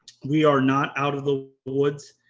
we are not out of the woods.